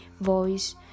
voice